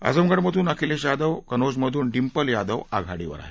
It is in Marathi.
आझमगडमधू अखिलेश यादव कनौजमधून डिंपल यादव आघाडीवर आहेत